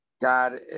god